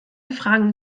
fragen